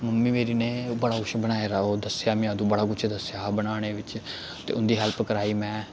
mummy मेरी ने बड़ा कुछ बनाए दा ओह् दस्सेआ में बड़ा कुछ दस्सेआ हा बनाने बिच्च ते उं'दी हैल्प कराई में